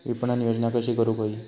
विपणन योजना कशी करुक होई?